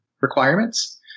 requirements